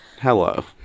Hello